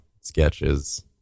sketches